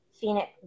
phoenix